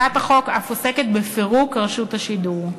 הצעת החוק אף עוסקת בפירוק רשות השידור.